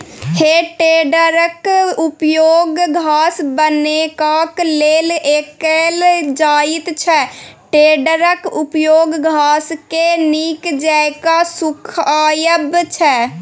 हे टेडरक उपयोग घास बनेबाक लेल कएल जाइत छै टेडरक उपयोग घासकेँ नीक जेका सुखायब छै